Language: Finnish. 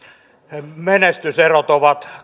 koulumenestyserot ovat